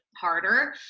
harder